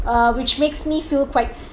which makes me feel quite sad